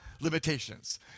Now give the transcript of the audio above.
limitations